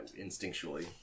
instinctually